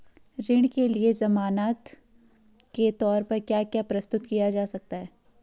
ऋण के लिए ज़मानात के तोर पर क्या क्या प्रस्तुत किया जा सकता है?